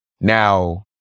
Now